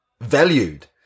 valued